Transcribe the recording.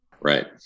Right